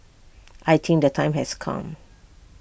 I think the time has come